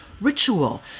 Ritual